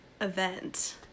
event